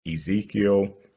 Ezekiel